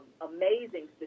amazing